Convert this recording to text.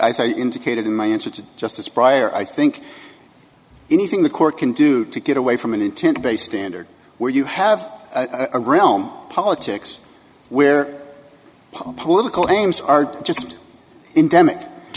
say indicated in my answer to justice pryor i think anything the court can do to get away from an intent based standard where you have a realm politics where political aims are just